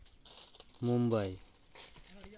Mumbai